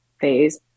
phase